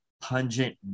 pungent